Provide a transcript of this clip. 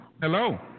Hello